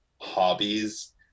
hobbies